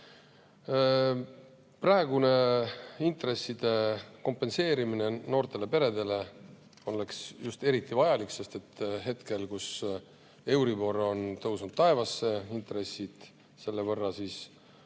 Praegune intresside kompenseerimine noortele peredele oleks eriti vajalik, sest hetkel, kus euribor on tõusnud taevasse, intressid on selle võrra